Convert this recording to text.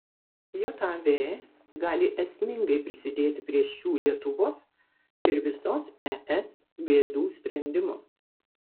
jav gali esmingai prisidėti prie šių lietuvos ir visos es bėdų sprendimo